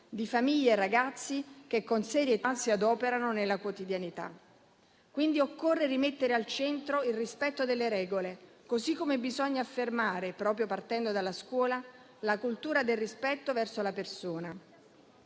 di famiglie e ragazzi, che con serietà si adoperano nella quotidianità. Quindi, occorre rimettere al centro il rispetto delle regole, così come bisogna affermare, proprio partendo dalla scuola, la cultura del rispetto verso la persona.